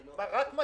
רק מה